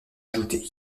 ajouter